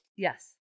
Yes